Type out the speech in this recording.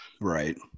right